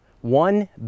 One